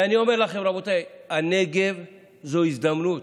ואני אומר לכם, רבותיי, הנגב זו ההזדמנות.